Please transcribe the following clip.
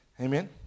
Amen